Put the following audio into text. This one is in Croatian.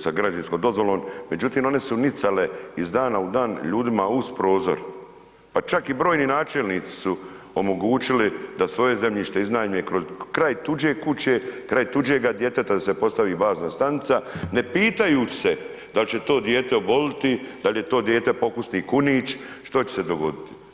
za građevinsku dozvolu, međutim, one su nicale, iz dana u dan, ljudima uz prozor, pa čak i brojni načelnici su omogućili da svoje zemljište iznajme kraj tuđe kuće, kraj tuđega djeteta, da se postavi bazna stanica, ne pitajući se dal će to dijete oboliti, dal je to dijete pokusni kunić, što će se dogoditi.